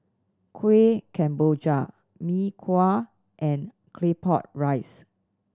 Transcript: Kueh Kemboja Mee Kuah and Claypot Rice